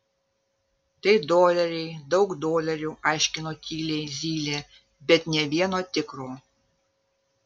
tai doleriai daug dolerių aiškino tyliai zylė bet nė vieno tikro